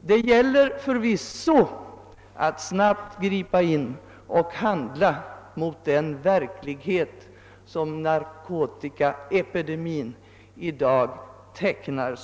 Det gäller förvisso att snabbt gripa in mot den otäcka verklighet som narkotikaepidemin i dag utgör.